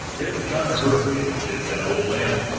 it would kind of hurt me if you did that, old man!